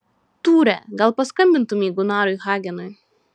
tūre gal paskambintumei gunarui hagenui